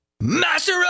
master